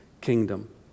kingdom